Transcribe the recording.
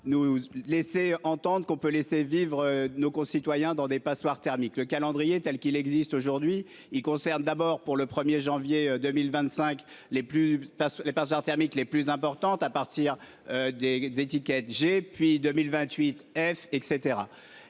nous laisser entendre qu'on peut laisser vivre nos concitoyens dans des passoires thermiques le calendrier tel qu'il existe aujourd'hui, il concerne d'abord pour le 1er janvier 2025, les plus. Les passoires thermiques, les plus importantes à partir. Des des étiquettes et puis 2028 F et